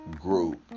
group